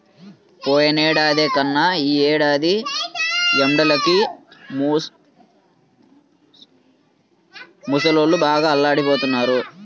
పోయినేడాది కన్నా ఈ ఏడాది ఎండలకి ముసలోళ్ళు బాగా అల్లాడిపోతన్నారు